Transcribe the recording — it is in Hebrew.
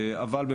אבל,